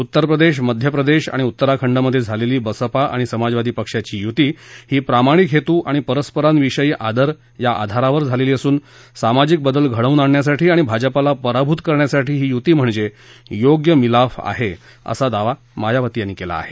उत्तर प्रदेश मध्य प्रदेश आणि उत्तराखर्झिधे बसपा आणि समाजवादी पक्षाची युती ही प्रामाणिक हेतू आणि परस्पराविषयी आदर या आधारावर झालेली असून सामाजिक बदल घडवून आणण्यासाठी आणि भाजपाला पराभूत करण्यासाठी ही युती म्हणजे योग्य मिलाफ आहे असा दावा मायावती यातीी केला आहे